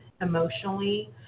emotionally